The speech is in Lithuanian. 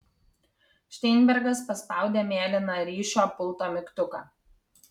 šteinbergas paspaudė mėlyną ryšio pulto mygtuką